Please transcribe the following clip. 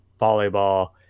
volleyball